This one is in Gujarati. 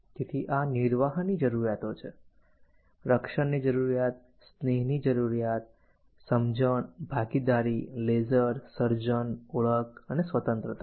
તેથી આ નિર્વાહની જરૂરિયાતો છે રક્ષણની જરૂરિયાત સ્નેહની જરૂરિયાત સમજણ ભાગીદારી લેઝર સર્જન ઓળખ અને સ્વતંત્રતા